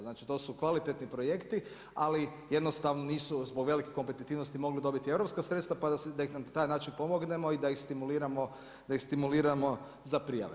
Znači to su kvalitetni projekti, ali jednostavno nisu zbog velike kompetitivnosti mogli dobiti europska sredstva pa da ih na taj način pomognemo i da ih stimuliramo za prijave.